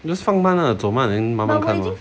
just 放慢走慢慢慢看 lor